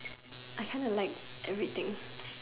I kind of like everything